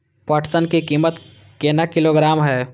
पटसन की कीमत केना किलोग्राम हय?